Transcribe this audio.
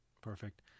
Perfect